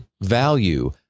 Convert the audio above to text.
value